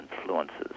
influences